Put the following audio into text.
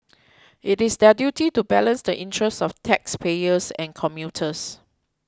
it is their duty to balance the interests of taxpayers and commuters